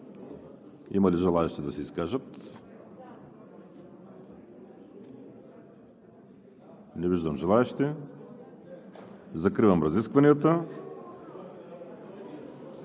Има ли желаещи да се изкажат? Не виждам. Закривам разискванията.